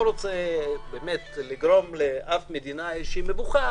לא רוצה לגרום לאף מדינה מבוכה,